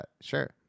sure